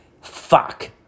Fuck